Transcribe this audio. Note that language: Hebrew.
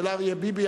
של אריה ביבי,